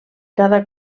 cada